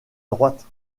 droite